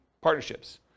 partnerships